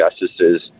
justices